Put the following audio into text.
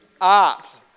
art